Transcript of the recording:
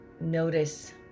notice